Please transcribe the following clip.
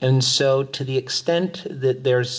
and so to the extent that there